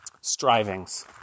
strivings